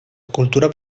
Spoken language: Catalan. cultura